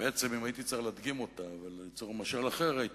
שאם הייתי צריך להדגים אותה וליצור משל אחר הייתי